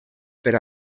per